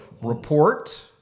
report